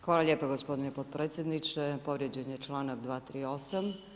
Hvala lijepo gospodine potpredsjedniče, povrijeđen je članak 238.